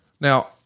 now